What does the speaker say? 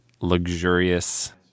luxurious